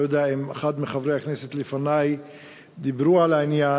אני לא יודע אם אחד מחברי הכנסת לפני דיבר על העניין,